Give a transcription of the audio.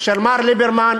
של מר ליברמן,